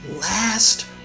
Last